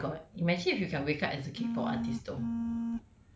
ya oh my god you imagine if you can wake up as a K-pop artist though